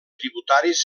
tributaris